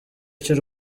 cy’u